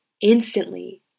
instantly